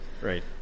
Right